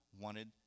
wanted